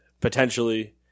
Potentially